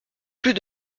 plus